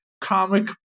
Comic